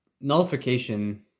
nullification